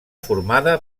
formada